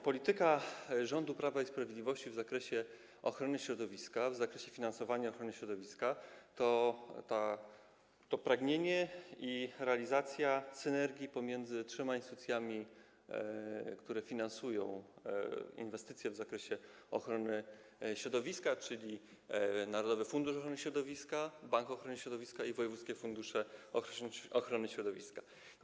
Polityka rządu Prawa i Sprawiedliwości w zakresie ochrony środowiska, w zakresie finansowania ochrony środowiska to pragnienie i realizacja synergii pomiędzy trzema instytucjami, które finansują inwestycje w zakresie ochrony środowiska, czyli narodowym funduszem ochrony środowiska, Bankiem Ochrony Środowiska i wojewódzkimi funduszami ochrony środowiska.